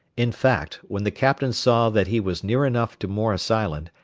in fact, when the captain saw that he was near enough to morris island,